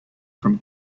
from